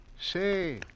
Say